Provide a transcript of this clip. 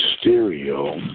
stereo